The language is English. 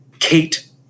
kate